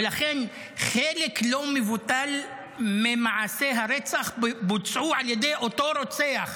לכן חלק לא מבוטל ממעשי הרצח בוצעו על ידי אותו רוצח